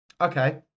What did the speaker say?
Okay